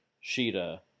Sheeta